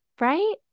right